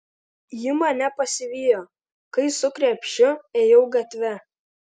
ji mane pasivijo kai su krepšiu ėjau gatve